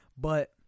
but-